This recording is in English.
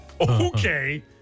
Okay